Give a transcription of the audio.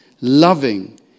loving